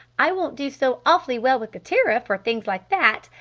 i won't do so awfully well with the tariff or things like that!